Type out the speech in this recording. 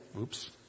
Oops